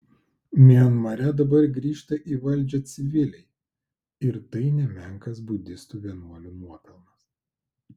mianmare dabar grįžta į valdžią civiliai ir tai nemenkas budistų vienuolių nuopelnas